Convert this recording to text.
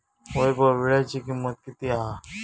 वैभव वीळ्याची किंमत किती हा?